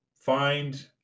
find